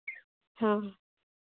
ᱦᱮᱸ